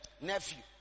nephew